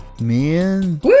Man